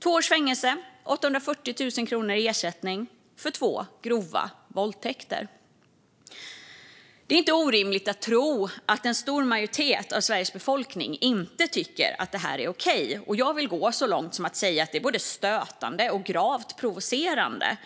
får två års fängelse och 840 000 kronor i ersättning för två grova våldtäkter. Det är inte orimligt att tro att en stor majoritet av Sveriges befolkning inte tycker att det här är okej. Jag vill gå så långt som att säga att det är både stötande och gravt provocerande.